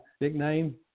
nickname